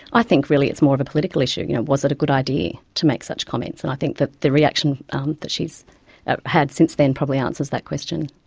i think really it's more of a political issue, you know, was it a good idea to make such comments? and i think that the reaction um that she's had since then probably answers that question.